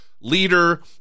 leader